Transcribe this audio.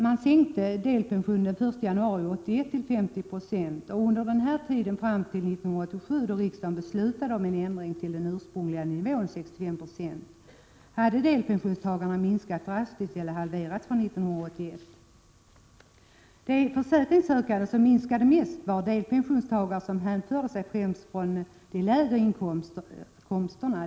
Man sänkte denna nivå till 50 96 den 1 januari 1981. fr.o.m. denna tidpunkt och fram till 1987, då riksdagen beslutade om en ändring till den ursprungliga nivån på 65 96, minskade delpensionstagarna drastiskt. Antalet halverades i förhållande till 1981. De försäkringssökande som minskat mest var delpensionstagare i de lägre inkomstklasserna.